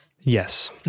Yes